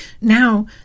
Now